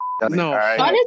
No